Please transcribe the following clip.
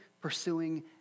pursuing